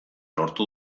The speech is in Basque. lortu